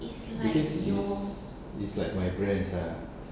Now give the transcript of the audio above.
because it's it's like my brands lah